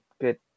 good